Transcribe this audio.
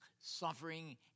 suffering